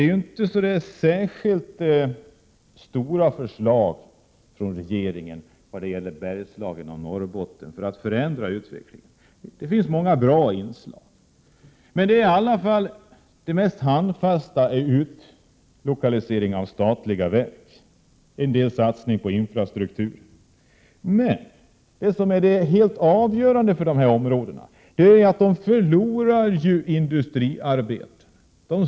Förslagen från regeringen när det gäller att förändra utvecklingen i Bergslagen och i Norrbotten är ju inte särskilt genomgripande. Det finns många bra inslag. Det mest handfasta är utlokalisering av statliga verk och en del satsningar på infrastruktur. Men helt avgörande för dessa områden är att de förlorar industriarbeten.